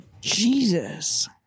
Jesus